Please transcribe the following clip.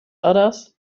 others